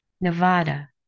Nevada